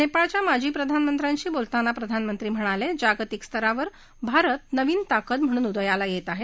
नेपाळच्या माजी प्रधानमंत्र्यांशी बोलताना प्रधानमंत्री म्हणाले जागतिक स्तरावर भारत नवीन ताकद म्हणून उदयास येत आहे